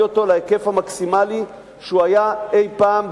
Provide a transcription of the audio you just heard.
אותו להיקף המקסימלי שהוא היה אי-פעם,